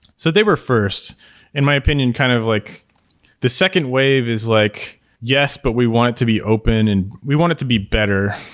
so they were first in my opinion, kind of like the second wave is like yes, but we want it to be open and we want it to be better.